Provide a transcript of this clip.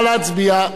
נא להצביע.